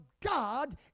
God